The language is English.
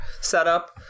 setup